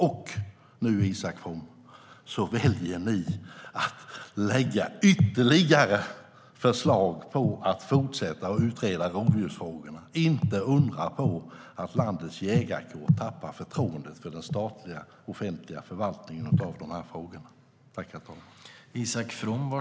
Och nu, Isak From, väljer ni att lägga fram ytterligare förslag på att fortsätta att utreda rovdjursfrågorna! Inte undra på att landets jägarkår tappar förtroendet för den statliga offentliga förvaltningen av de här frågorna.